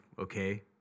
okay